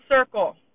circle